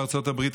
בארצות הברית,